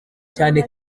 cyane